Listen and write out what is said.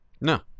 No